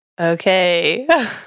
Okay